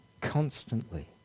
constantly